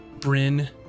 Bryn